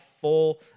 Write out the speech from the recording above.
full